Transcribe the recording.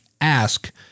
ask